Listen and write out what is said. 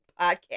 podcast